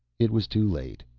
it was too late.